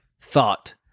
thought